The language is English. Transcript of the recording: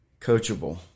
coachable